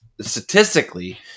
statistically